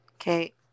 Okay